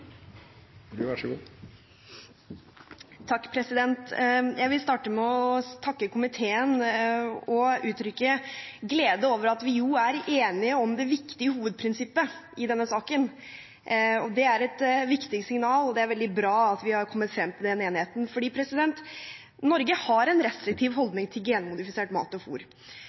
enige om det viktige hovedprinsippet i denne saken. Det er et viktig signal, og det er veldig bra at vi er kommet frem til den enigheten. Norge har en restriktiv